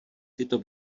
tyto